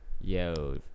Yo